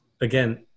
again